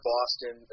Boston